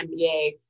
MBA